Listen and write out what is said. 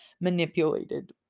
manipulated